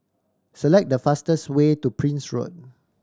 select the fastest way to Prince Road